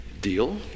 deal